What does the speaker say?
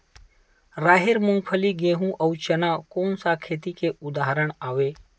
राहेर, मूंगफली, गेहूं, अउ चना कोन सा खेती के उदाहरण आवे?